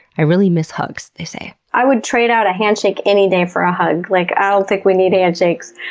i really miss hugs, they say. i would trade out a handshake any day for a hug. like i don't think we need handshakes,